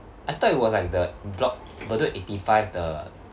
I thought it was like the block bedok eighty five the